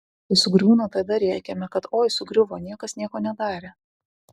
kai sugriūna tada rėkiame kad oi sugriuvo niekas nieko nedarė